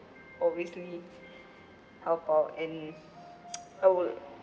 obviously help out and I would